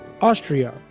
Austria